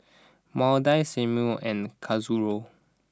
Maudie Seymour and Kazuko